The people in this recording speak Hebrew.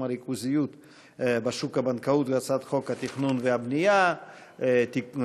הריכוזיות בשוק הבנקאות ובהצעת חוק התכנון והבנייה (תיקון,